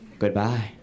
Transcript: Goodbye